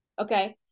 okay